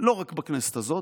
לא רק בכנסת הזאת,